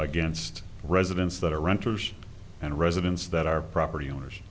against residents that are renters and residents that are property owners